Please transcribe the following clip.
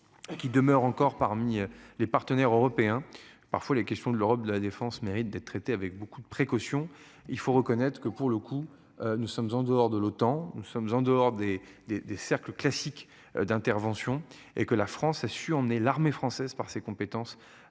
Qui demeurent encore parmi les partenaires européens. Parfois, les questions de l'Europe de la défense mérite d'être traité avec beaucoup de précaution, il faut reconnaître que pour le coup, nous sommes en dehors de l'OTAN. Nous sommes en dehors des des des cercles classiques d'intervention et que la France a su est l'armée française par ses compétences,